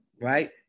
right